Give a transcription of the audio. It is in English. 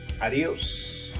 adiós